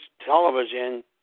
television